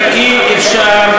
אבל אי-אפשר,